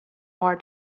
more